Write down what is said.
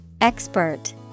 Expert